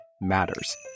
matters